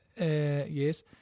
Yes